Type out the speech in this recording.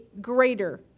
greater